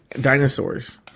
dinosaurs